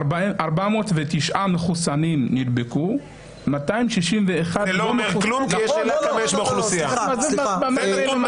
409 מחוסנים נדבקו, 261 לא-מחוסנים נדבקו.